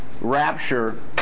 rapture